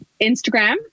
Instagram